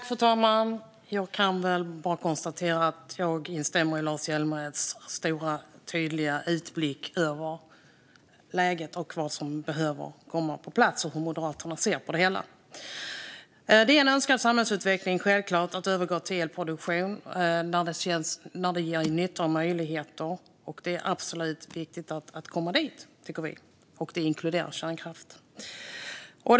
Fru talman! Jag kan bara konstatera att jag instämmer i Lars Hjälmereds stora, tydliga utblick över läget, om vad som behöver komma på plats och hur Moderaterna ser på det hela. Det är självklart en önskad samhällsutveckling att övergå till elproduktion när det gäller nytta och möjligheter, och det inkluderar kärnkraft. Det är absolut viktigt att komma dit, tycker vi.